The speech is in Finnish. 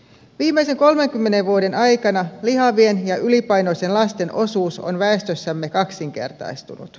viimeisen kolmenkymmenen vuoden aikana lihavien ja ylipainoisten lasten osuus on väestössämme kaksinkertaistunut